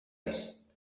است